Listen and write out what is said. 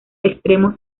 extremos